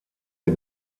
der